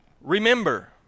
remember